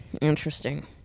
Interesting